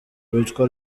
witwa